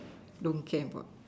don't care about